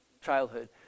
childhood